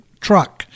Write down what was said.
truck